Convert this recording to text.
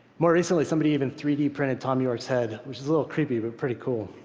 more recently, somebody even three d printed thom yorke's head, which is a little creepy, but pretty cool.